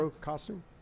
costume